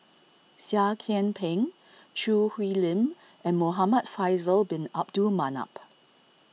Seah Kian Peng Choo Hwee Lim and Muhamad Faisal Bin Abdul Manap